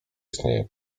istnieje